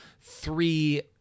three